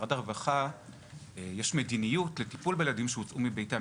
למשרד הרווחה יש מדיניות לטיפול בילדים שהוצאו מביתם,